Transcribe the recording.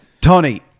Tony